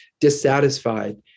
dissatisfied